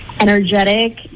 energetic